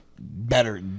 Better